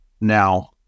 now